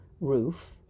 roof